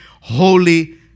holy